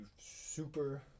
super